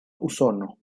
usono